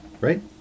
right